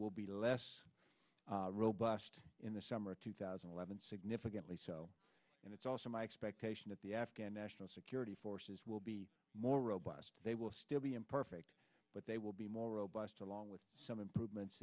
will be less robust in the summer of two thousand and eleven significantly so and it's also my expectation that the afghan national security forces will be more robust they will still be imperfect but they will be more robust along with some improvements